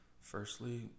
Firstly